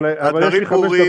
אבל יש לי חמש דקות,